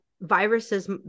viruses